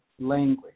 language